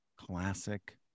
classic